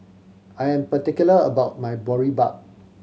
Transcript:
I am particular about my Boribap